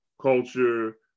culture